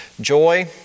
joy